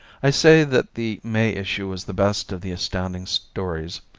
i say that the may issue was the best of the astounding stories.